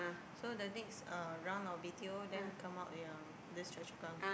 so the next uh round of B_T_O then come out yang this Choa-Chu-Kang